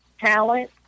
talent